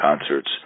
concerts